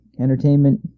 entertainment